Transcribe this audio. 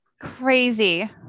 Crazy